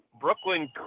brooklyn